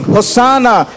Hosanna